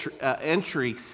entry